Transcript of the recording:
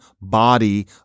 body